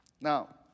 Now